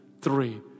Three